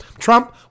Trump